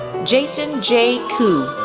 jason j. koo,